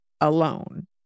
alone